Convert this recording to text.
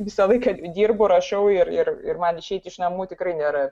visą laiką dirbu rašau ir ir ir man išeit iš namų tikrai nėra